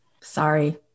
Sorry